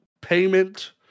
payment